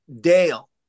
Dale